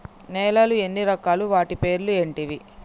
నేలలు ఎన్ని రకాలు? వాటి పేర్లు ఏంటివి?